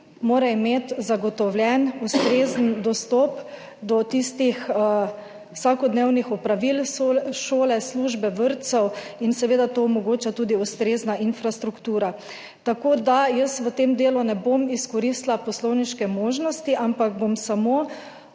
imeti zagotovljen ustrezen dostop do vsakodnevnih opravil, šole, službe, vrtcev, in seveda to omogoča tudi ustrezna infrastruktura. Tako da v tem delu ne bom izkoristila poslovniške možnosti, ampak bom samo